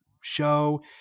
show